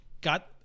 got –